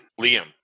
Liam